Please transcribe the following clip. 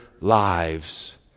lives